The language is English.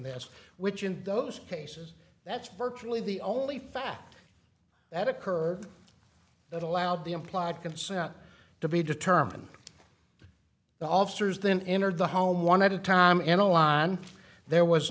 this which in those cases that's virtually the only fact that occur that allowed the implied consent to be determined the officers then entered the home one at a time in a line there was